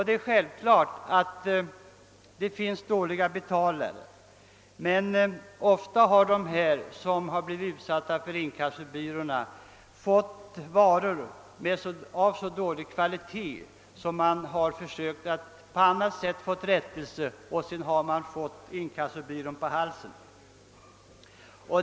Det är självklart att det finns dåliga betalare, men ofta har de som utsatts för inkassobyråerna fått varor av så undermålig kvalitet att de försökt erhålla rättelse. Följden har varit att de fått inkassobyrån på halsen.